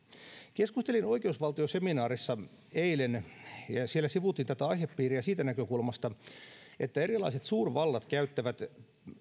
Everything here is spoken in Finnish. keskustelin oikeusvaltioseminaarissa eilen ja siellä sivuttiin tätä aihepiiriä siitä näkökulmasta että erilaiset suurvallat käyttävät